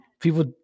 people